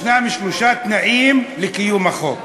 ישנם שלושה תנאים לקיום החוק.